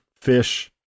fish